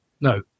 No